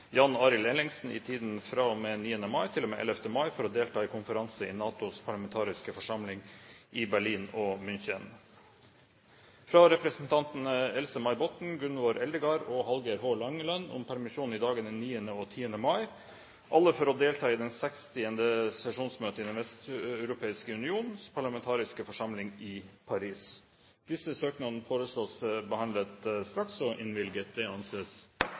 Jan Arild Ellingsen i tiden fra og med 9. mai til og med 11. mai, for å delta i konferanse i NATOs parlamentariske forsamling i Berlin og München fra representantene Else-May Botten, Gunvor Eldegard og Hallgeir H. Langeland om permisjon i dagene 9. mai og 10. mai, alle for å delta i det 60. sesjonsmøtet i Den vesteuropeiske unions parlamentariske forsamling i Paris Disse søknadene foreslås behandlet straks og innvilget. – Det anses